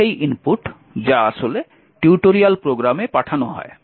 এটি সেই ইনপুট যা আসলে টিউটোরিয়াল প্রোগ্রামে পাঠানো হয়